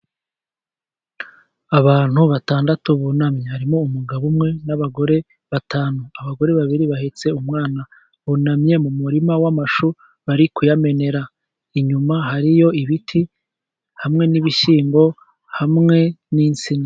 Abantu batandatu bunamye. Harimo umugabo umwe n'abagore batanu, abagore babiri bahetse umwana, bunamye mu murima w'amashu, bari kuyamenera. Inyuma hariyo ibiti hamwe n'ibishyimbo, hamwe n'insina.